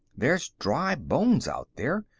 there's dry bones out there,